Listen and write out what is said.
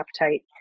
appetite